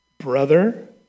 Brother